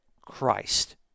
Christ